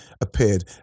appeared